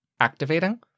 activating